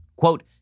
Quote